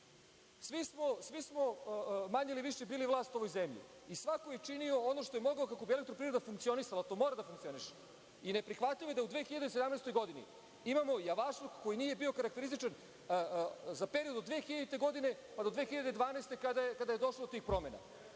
Svi smo manje ili više bili vlast u ovoj zemlji i svako je činio ono što je mogao kako bi „Elektroprivreda“ funkcionisala, to mora da funkcioniše. Neprihvatljivo je da u 2017. godini imamo javašluk koji nije bio karakterističan za period od 2000. godine pa do 2012. godine kada je došlo do tih promena.